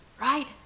right